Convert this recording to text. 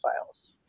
files